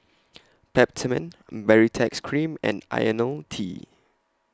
Peptamen Baritex Cream and Ionil T